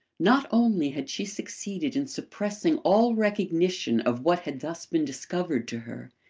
not only had she succeeded in suppressing all recognition of what had thus been discovered to her,